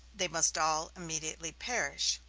they must all immediately perish.